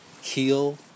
heal